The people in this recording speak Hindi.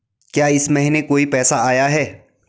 क्या इस महीने कोई पैसा आया है?